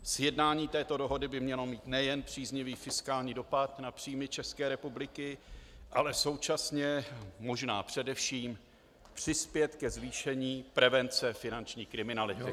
Sjednání této dohody by mělo mít nejen příznivý fiskální dopad na příjmy České republiky, ale současně, možná především, přispět ke zvýšení prevence finanční kriminality.